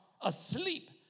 asleep